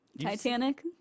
Titanic